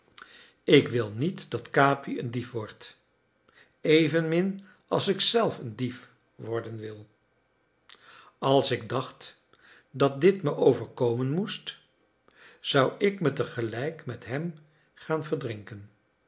ik wil niet dat capi een dief wordt evenmin als ik zelf een dief worden wil als ik dacht dat dit me overkomen moest zou ik me tegelijk met hem gaan verdrinken